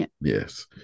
Yes